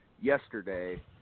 Yesterday